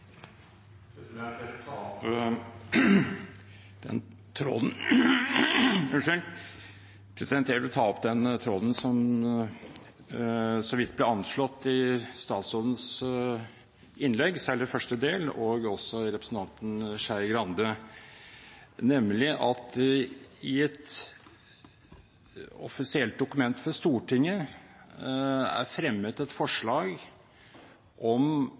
så vidt ble anslått i statsrådens innlegg, særlig i første del, og i representanten Skei Grandes innlegg, nemlig at det i et offisielt dokument fra Stortinget er fremmet et forslag om